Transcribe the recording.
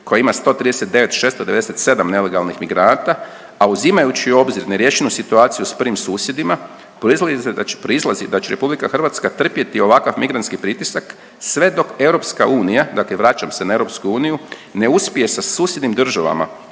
koja ima 139.697 nelegalnih migranata, a uzimajući u obzir neriješenu situaciju s prvim susjedima proizlazi da će RH trpjeti ovakav migrantski pritisak sve dok EU, dakle vraćam se na EU ne uspje sa susjednim državama,